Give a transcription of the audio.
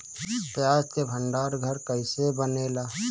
प्याज के भंडार घर कईसे बनेला?